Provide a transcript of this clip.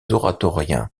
oratoriens